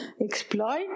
exploit